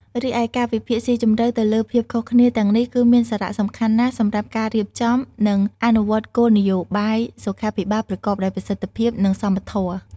រីឯ ការវិភាគស៊ីជម្រៅទៅលើភាពខុសគ្នាទាំងនេះ គឺមានសារៈសំខាន់ណាស់សម្រាប់ការរៀបចំ និងអនុវត្តគោលនយោបាយសុខាភិបាលប្រកបដោយប្រសិទ្ធភាព និងសមធម៌។